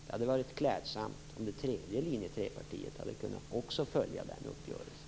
Det hade varit klädsamt om även det tredje linje 3 partiet hade kunnat följa den uppgörelsen.